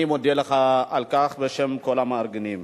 אני מודה לך על כך בשם כל המארגנים.